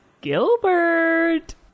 Gilbert